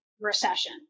Recession